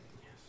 Yes